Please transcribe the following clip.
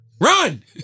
Run